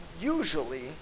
usually